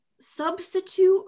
substitute